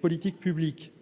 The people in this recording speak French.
politiques publiques.